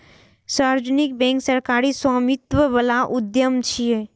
सार्वजनिक बैंक सरकारी स्वामित्व बला उद्यम छियै